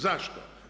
Zašto?